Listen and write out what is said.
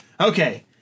Okay